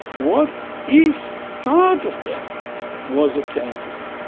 what if part of them was authentic?